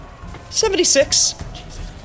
76